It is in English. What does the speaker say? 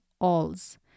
alls